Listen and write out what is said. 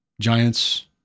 giants